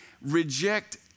reject